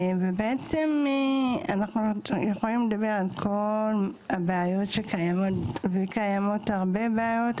ובעצם אנחנו יכולים לדבר על כל הבעיות שקיימות וקיימות הרבה בעיות.